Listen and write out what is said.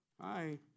Hi